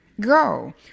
Go